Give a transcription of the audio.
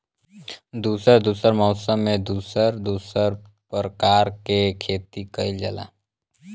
दुसर दुसर मौसम में दुसर दुसर परकार के खेती कइल जाला